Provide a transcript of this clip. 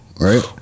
right